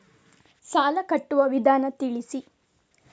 ಸಾಲ ಕಟ್ಟುವ ವಿಧಾನ ತಿಳಿಸಿ?